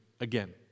again